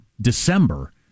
December